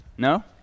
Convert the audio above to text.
No